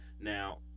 Now